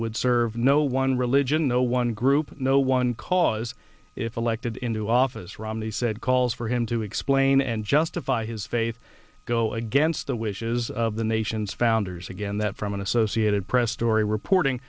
would serve no one religion no one group no one cause if elected into office romney said calls for him to explain and justify his faith go against the wishes of the nation's founders again that from an associated press story reporting